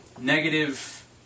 negative